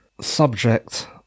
subject